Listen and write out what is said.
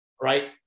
right